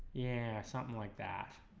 yeah something like that